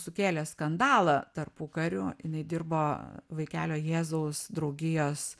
sukėlė skandalą tarpukariu jinai dirbo vaikelio jėzaus draugijos